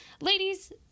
ladies